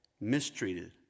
mistreated